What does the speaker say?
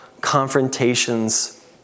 confrontations